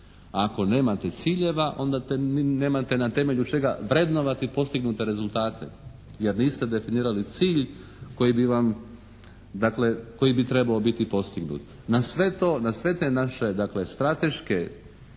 ako nemate ciljeva onda nemate na temelju čega vrednovati postignute rezultate jer niste definirali cilj koji bi vam, dakle koji bi trebao biti postignut. Na sve to, na sve te naše